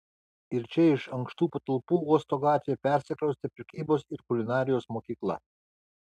ir čia iš ankštų patalpų uosto gatvėje persikraustė prekybos ir kulinarijos mokykla